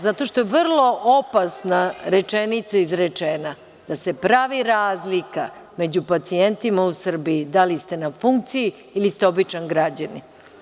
Zato što je vrlo opasna rečenica izrečena, da se pravi razlika među pacijentima uSrbiji, da li ste na funkciji ili ste običan građanin.